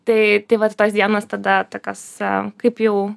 tai tai vat tos dienos tada tokios kaip jau